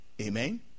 amen